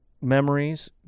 memories